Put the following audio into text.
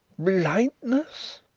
blindness!